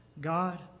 God